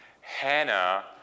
Hannah